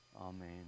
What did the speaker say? Amen